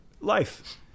life